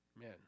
Man